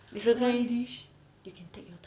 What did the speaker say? it's okay you can take your time